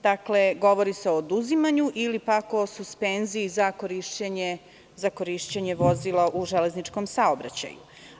Dakle, govori se o oduzimanju ili pak o suspenziji za korišćenje vozila u železničkom saobraćaju.